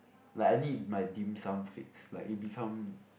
like I need my dim sum fix like it become